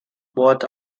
bought